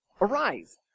Arise